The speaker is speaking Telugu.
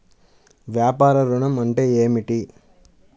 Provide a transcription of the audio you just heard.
వ్యాపార ఋణం అంటే ఏమిటి?